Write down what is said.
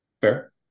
fair